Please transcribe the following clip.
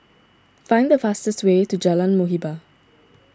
find the fastest way to Jalan Muhibbah